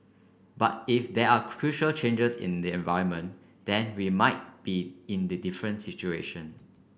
but if there are crucial changes in the environment then we might be in the different situation